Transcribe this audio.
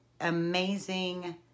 amazing